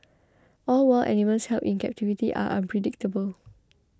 all wild animals held in captivity are unpredictable